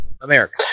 america